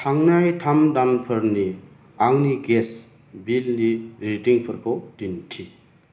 थांनाय थाम दानफोरनि आंनि गेस बिलनि रिदिंफोरखौ दिन्थि